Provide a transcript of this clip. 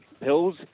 pills